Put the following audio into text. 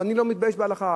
ואני לא מתבייש בהלכה.